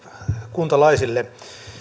kuntalaisille